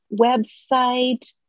website